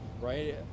right